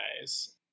guys